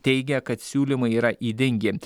teigia kad siūlymai yra ydingi